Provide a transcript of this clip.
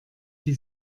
die